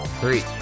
three